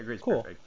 cool